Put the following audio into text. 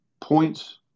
points